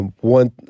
One